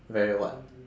very what